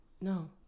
No